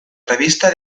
revista